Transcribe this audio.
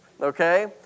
Okay